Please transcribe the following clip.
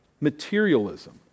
Materialism